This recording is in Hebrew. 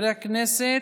חברי הכנסת,